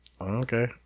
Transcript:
okay